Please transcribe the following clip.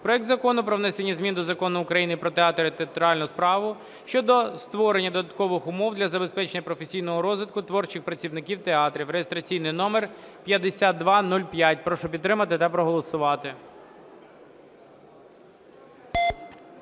проект Закону про внесення змін до Закону України "Про театри і театральну справу" щодо створення додаткових умов для забезпечення професійного розвитку творчих працівників театрів (реєстраційний номер 5205). Прошу підтримати та проголосувати.